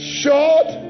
short